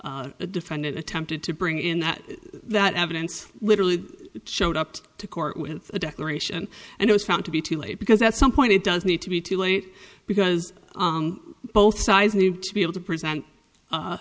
the defendant attempted to bring in that that evidence literally showed up to court with a declaration and it was found to be too late because at some point it does need to be too late because both sides need to be able to present